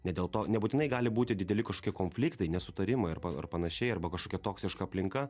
ne dėl to nebūtinai gali būti dideli kažkokie konfliktai nesutarimai ar panašiai arba kažkokia toksiška aplinka